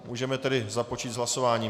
Můžeme tedy započít s hlasováním.